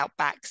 outbacks